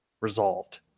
resolved